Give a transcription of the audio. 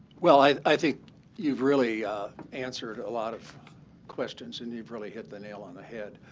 well, i i think you've really answered a lot of questions, and you've really hit the nail on the head.